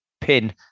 pin